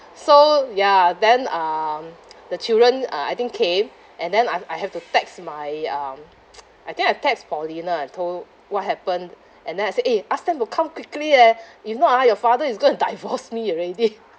so ya then um the children uh I think came and then I've I have to text my um I think I text paulina and told what happened and then I say eh ask them to come quickly leh if not ah your father is going to divorce me already